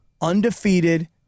undefeated